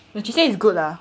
but she said it's good lah